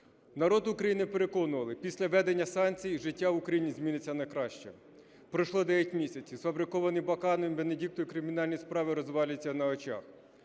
Народ України переконували, після введення санкцій життя в Україні зміниться на краще. Пройшло дев'ять місяців, сфабриковані Бакановим, Венедіктовою кримінальні справи розвалюються на очах.